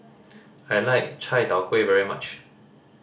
I like Chai Tow Kuay very much